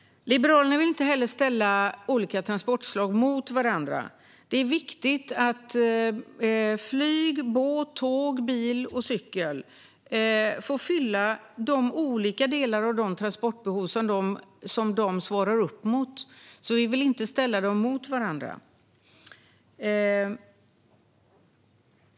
Liberalerna vill inte heller ställa olika transportslag mot varandra. Det är viktigt att flyg, båt, tåg, bil och cykel får fylla de olika transportbehov som de svarar upp mot.